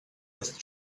with